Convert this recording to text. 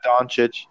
Doncic